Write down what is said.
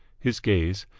his gaze,